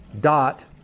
dot